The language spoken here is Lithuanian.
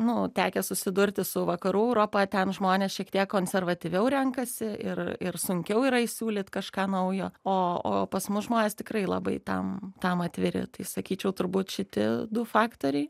nu tekę susidurti su vakarų europa ten žmonės šiek tiek konservatyviau renkasi ir ir sunkiau yra įsiūlyt kažką naujo o o pas mus žmonės tikrai labai tam tam atviri tai sakyčiau turbūt šitie du faktoriai